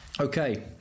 Okay